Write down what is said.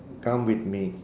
come with me